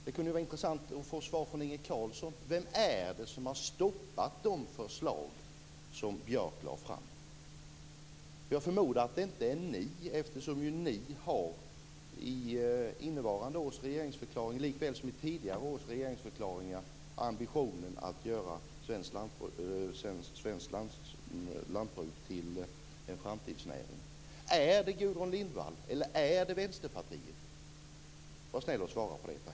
Det kunde vara intressant att få svar från Inge Carlsson: Vem är det som har stoppat de förslag som Björk lade fram? Jag förmodar att det inte är ni, eftersom ni i innevarande års regeringsförklaring, lika väl som i tidigare års regeringsförklaringar, har ambitionen att göra svenskt lantbruk till en framtidsnäring. Är det Gudrun Lindvall eller är det Vänsterpartiet? Var snäll och svara på det, tack!